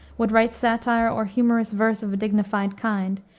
would write satire or humorous verse of a dignified kind,